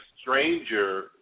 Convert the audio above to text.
stranger